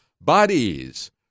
Bodies